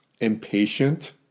impatient